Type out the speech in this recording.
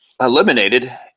eliminated